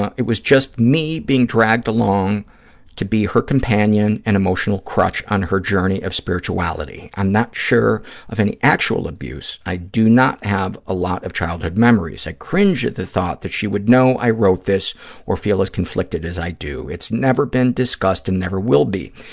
it was just me being dragged along to be her companion and emotional crutch on her journey of spirituality. i'm not sure of any actual abuse. i do not have a lot of childhood memories. i cringe at the thought that she would know i wrote this or feel as conflicted as i do. it's never been discussed and never will be.